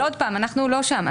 שוב, אנחנו לא שם.